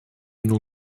nur